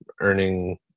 earning